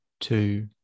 two